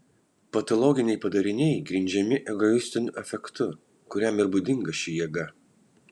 patologiniai padariniai grindžiami egoistiniu afektu kuriam ir būdinga ši jėga